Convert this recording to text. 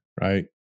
right